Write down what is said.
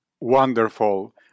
Wonderful